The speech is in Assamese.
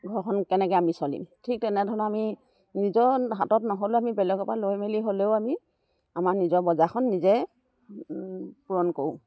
ঘৰখন কেনেকে আমি চলিম ঠিক তেনেধৰণৰ আমি নিজৰ হাতত নহ'লেও আমি বেলেগৰ পৰা লৈ মেলি হ'লেও আমি আমাৰ নিজৰ বজাৰখন নিজে পূৰণ কৰোঁ